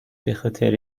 بخاطر